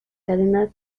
cadena